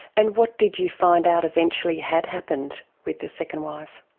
and what did you find out eventually had happened with the second wife?